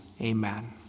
Amen